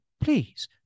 please